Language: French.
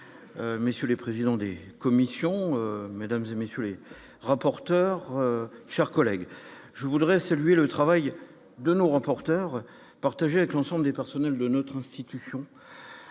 messieurs les présidents des commissions, mesdames et messieurs les rapporteurs, chers collègues, je voudrais saluer le travail de nos reporteurs partager avec l'ensemble des personnels de notre institution.